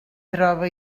trobe